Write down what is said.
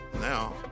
now